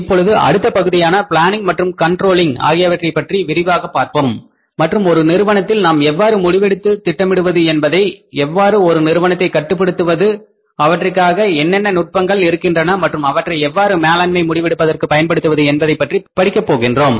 இப்பொழுது அடுத்த பகுதியான பிளானிங் மற்றும் கண்ட்ரோல் Planning Controlling ஆகியவற்றைப் பற்றி விரிவாக பார்ப்போம் மற்றும் ஒரு நிறுவனத்தில் நாம் எவ்வாறு முடிவெடுத்து திட்டமிடுவது என்பதை எவ்வாறு ஒரு நிறுவனத்தை கட்டுப்படுத்துவது அவற்றிற்காக என்னென்ன நுட்பங்கள் இருக்கின்றன மற்றும் அவற்றை எவ்வாறு மேலாண்மை முடிவெடுப்பதற்கு பயன்படுத்துவது என்பதை படிக்கப் போகிறோம்